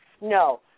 no